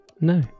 No